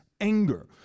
anger